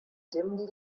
dimly